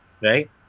right